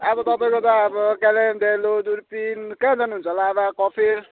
अब तपाईँको त अब डेलो दुर्पिन कहाँ जानुहुन्छ लाभा कफेर